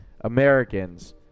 Americans